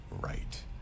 right